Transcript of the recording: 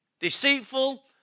deceitful